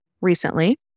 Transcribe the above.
recently